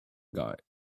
guide